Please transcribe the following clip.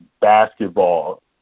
basketball